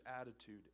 attitude